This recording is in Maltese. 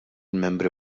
membri